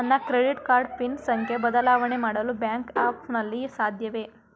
ನನ್ನ credit card PIN ಸಂಖ್ಯೆ ಬದಲಾವಣೆ ಮಾಡಲು ಬ್ಯಾಂಕ್ ಆ್ಯಪ್ ನಲ್ಲಿ ಸಾಧ್ಯವೇ?